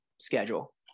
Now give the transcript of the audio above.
schedule